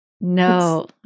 No